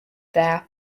their